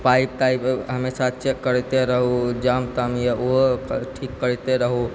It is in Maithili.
पाइप ताइप हमेशा चेक करते रहू जाम ताम यऽ उहो ओकर ठीक करिते रहू